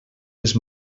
les